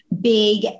big